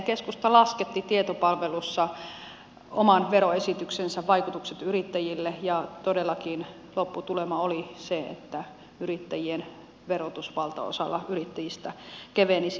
keskusta lasketti tietopalvelussa oman veroesityksensä vaikutukset yrittäjille ja todellakin lopputulema oli se että yrittäjien verotus valtaosalla yrittäjistä kevenisi